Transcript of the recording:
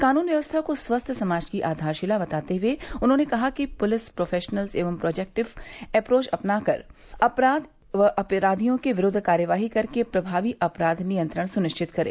कानून व्यवस्था को स्वस्थ समाज की आधारशिला बताते हुए उन्होंने कहा कि पुलिस प्रोफेशनल एवं प्रोएक्टिव एप्रोच अपनाकर अपराध व अपराधियों के विरुद्व कार्यवाही करके प्रमावी अपराध नियंत्रण सुनिश्चित करे